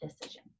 decision